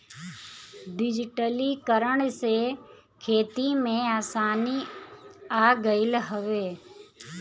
डिजिटलीकरण से खेती में आसानी आ गईल हवे